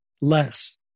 less